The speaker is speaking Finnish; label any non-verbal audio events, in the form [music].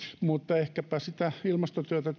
mutta ehkäpä sitä ilmastotyötä [unintelligible]